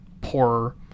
poorer